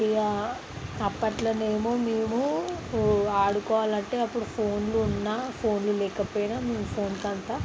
ఇంకా అప్పట్లోనేమో మేము ఆడుకోవాలంటే అప్పుడు ఫోన్లు ఉన్న ఫోన్లు లేకపోయినా మేము ఫోన్కి అంతా